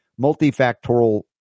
multifactorial